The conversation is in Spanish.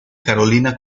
carolina